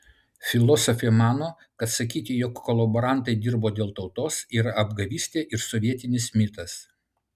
filosofė mano kad sakyti jog kolaborantai dirbo dėl tautos yra apgavystė ir sovietinis mitas